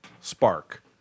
spark